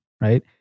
right